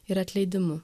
ir atleidimu